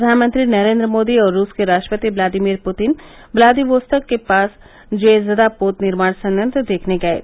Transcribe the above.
प्रधानमंत्री नरेन्द्र मोदी और रूस के राष्ट्रपति व्लादिमिर पुतिन व्लादिवोस्तोक के पास ज्वेज़दा पोत निर्माण संयंत्र देखने गये